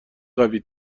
قوی